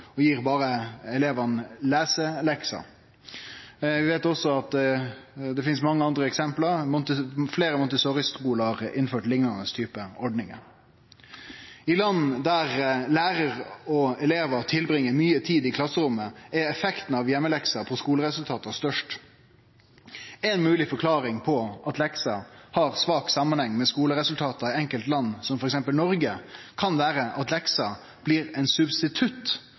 og gir elevane berre leselekser. Vi veit også at det finst mange andre eksempel. Fleire Montessori-skular har innført liknande typar ordningar. I land der lærar og elevar bruker mykje tid i klasserommet, er effekten av heimelekser på skuleresultata størst. Ei mogleg forklaring på at lekser har svak samanheng med skuleresultata i enkelte land – som f.eks. Noreg – kan vere at lekser blir ein